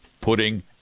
putting